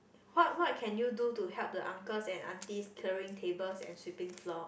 what what can you do to help the uncles and aunties clearing tables and sweeping floor